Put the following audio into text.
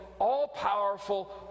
all-powerful